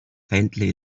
faintly